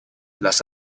las